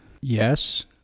Yes